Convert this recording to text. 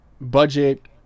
budget